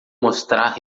mostrar